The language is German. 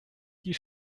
die